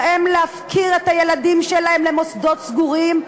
הן להפקיר את הילדים שלהם למוסדות סגורים,